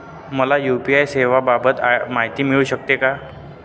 मला यू.पी.आय सेवांबाबत माहिती मिळू शकते का?